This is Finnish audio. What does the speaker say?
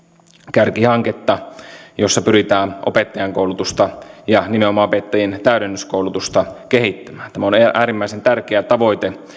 kärkihanketta jossa pyritään opettajankoulutusta ja nimenomaan opettajien täydennyskoulutusta kehittämään tämä on äärimmäisen tärkeä tavoite